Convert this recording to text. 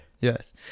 Yes